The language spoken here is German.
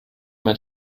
mein